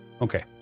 Okay